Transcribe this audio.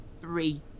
three